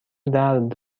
درد